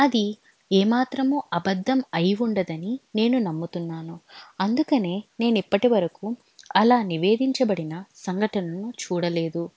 అది ఏమాత్రమో అబద్ధం అయ్యి ఉండదని నేను నమ్ముతున్నాను అందుకనే నేను ఇప్పటివరకు అలా నివేదించబడిన సంఘటనను చూడలేదు